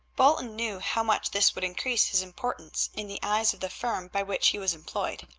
bolton knew how much this would increase his importance in the eyes of the firm by which he was employed.